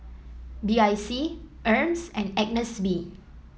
B I C Hermes and Agnes B